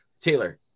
Taylor